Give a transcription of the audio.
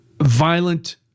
violent